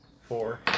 four